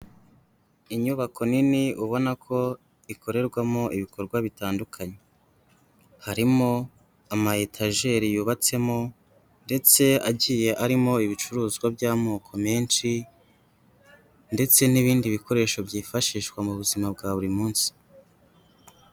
Inyubako nini ubona ko ikorerwamo ibikorwa bitandukanye. Harimo ama etajeri yubatsemo ndetse agiye arimo ibicuruzwa by'amoko menshi ndetse n'ibindi bikoresho byifashishwa mu buzima bwa buri munsi.